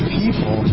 people